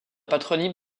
patronyme